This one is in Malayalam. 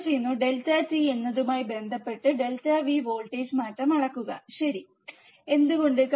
ഞങ്ങൾ ചെയ്യും ∆t എന്നതുമായി ബന്ധപ്പെട്ട് ∆V വോൾട്ടേജ് മാറ്റം അളക്കുക ശരി എന്തുകൊണ്ട്